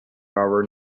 our